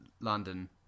London